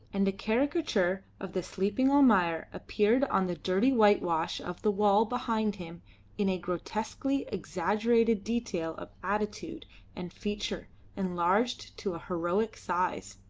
and a caricature of the sleeping almayer appeared on the dirty whitewash of the wall behind him in a grotesquely exaggerated detail of attitude and feature enlarged to a heroic size.